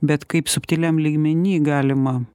bet kaip subtiliam lygmeny galima